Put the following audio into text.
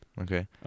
Okay